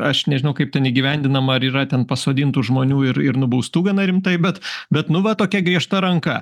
aš nežinau kaip ten įgyvendinama ar yra ten pasodintų žmonių ir ir nubaustų gana rimtai bet bet nu va tokia griežta ranka